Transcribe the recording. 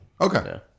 Okay